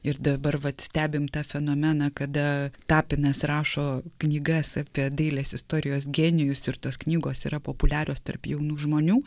ir dabar vat stebim tą fenomeną kada tapinas rašo knygas apie dailės istorijos genijus ir tos knygos yra populiarios tarp jaunų žmonių